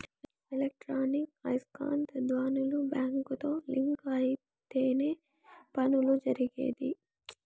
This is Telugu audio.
ఎలక్ట్రానిక్ ఐస్కాంత ధ్వనులు బ్యాంకుతో లింక్ అయితేనే పనులు జరిగేది